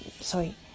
sorry